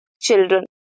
children